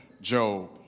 Job